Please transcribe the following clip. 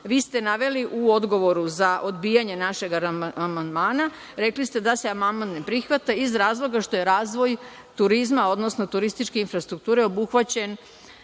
vi ste naveli u odgovoru za odbijanje našeg amandmana da se amandman ne prihvata iz razloga što je razvoj turizma odnosno turističke infrastrukture obuhvaćen